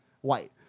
White